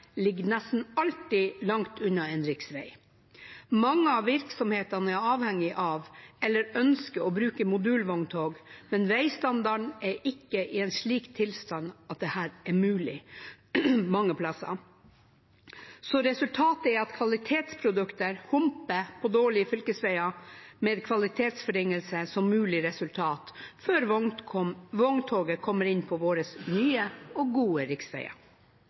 ligger nesten alltid langt unna en riksvei. Mange av virksomhetene er avhengig av eller ønsker å bruke modulvogntog, men veistandarden er ikke i en slik tilstand mange steder at dette er mulig. Resultatet er at kvalitetsprodukter humper på dårlige fylkesveier, med kvalitetsforringelse som mulig resultat, før vogntoget kommer inn på våre nye og gode riksveier.